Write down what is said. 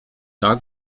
tak